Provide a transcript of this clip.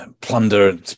plunder